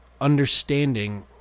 understanding